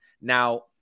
Now